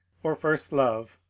or first love,